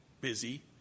busy